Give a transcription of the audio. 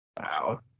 Wow